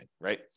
right